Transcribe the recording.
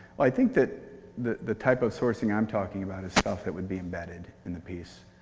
i think that the the type of sourcing i'm talking about is stuff that would be embedded in the piece.